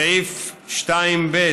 סעיף 2(ב)